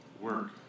work